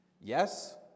Yes